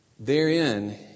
Therein